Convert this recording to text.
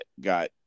got